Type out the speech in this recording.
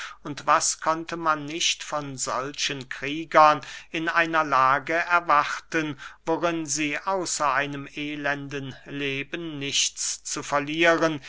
was konnte man nicht von solchen kriegern in einer lage erwarten worin sie außer einem elenden leben nichts zu verlieren